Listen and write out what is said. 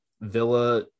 Villa